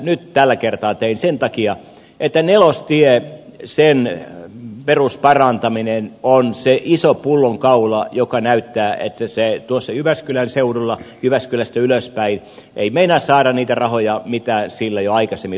nyt tällä kertaa tein sen takia että nelostien perusparantaminen on se iso pullonkaula joka tuossa jyväskylän seudulla jyväskylästä ylöspäin näyttää siltä että se ei meinaa saada niitä rahoja mitä sille jo aikaisemmin luvattiin